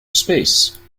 space